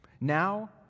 Now